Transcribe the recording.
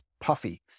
puffy